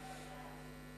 התשס"ח 2007,